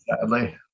sadly